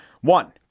One